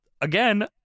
again